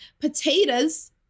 potatoes